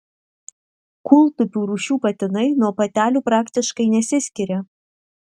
kūltupių rūšių patinai nuo patelių praktiškai nesiskiria